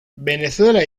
venezuela